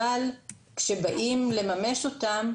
אבל כשבאים לממש אותם,